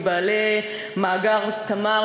מבעלי מאגר "תמר",